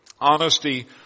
Honesty